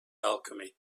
alchemy